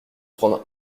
prendre